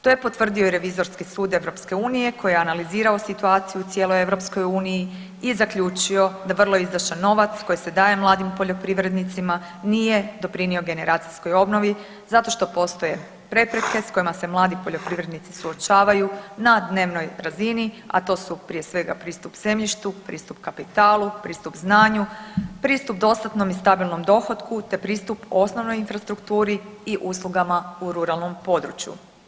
To je potvrdio i Revizorski sud EU koji je analizirao situaciju u cijeloj EU i zaključio da vrlo izdašan novac koji se daje mladim poljoprivrednicima nije doprinio generacijskoj obnovi zato što postoje prepreke s kojima se mladi poljoprivrednici suočavaju na dnevnoj razini, a to su prije svega pristup zemljištu, pristup kapitalu, pristup znanju, pristup dostatnom i stabilnom dohotku te pristup osnovnoj infrastrukturi i uslugama u ruralnom području.